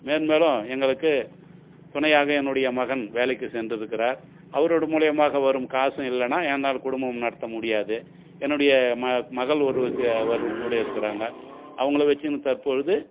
மென் மேலும் எங்களுக்கு துணையாக என்னுடைய மகன் வேலைக்கு சென்றிருக்கிறார் அவருடைய மூலியமாக வரும் காசு இல்லைன்னா என்னோடய குடும்பம் நடத்தமுடியாது என்னுடைய ம மகள் ஒரு கூட இருக்கிறாங்க அவங்கள வச்சிகின்னு தற்பொழுது